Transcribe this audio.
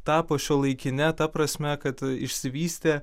tapo šiuolaikine ta prasme kad išsivystė